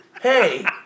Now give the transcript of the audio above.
Hey